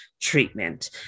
treatment